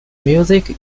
music